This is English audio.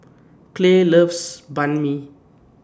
Clay loves Banh MI